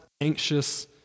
anxious